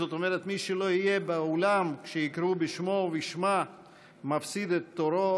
זאת אומרת שמי שלא יהיה באולם כשיקראו בשמו או בשמה מפסיד את תורו